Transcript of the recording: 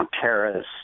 terrorists